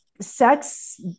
sex